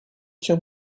can